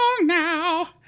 now